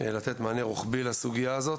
על מנת לתת מענה רוחבי לסוגייה הזאת.